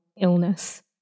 illness